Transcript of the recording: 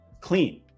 clean